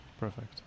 Perfect